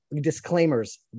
disclaimers